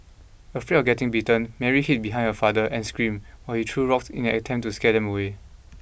afraid of getting bitten Mary hid behind her father and screamed while he threw rocks in an attempt to scare them away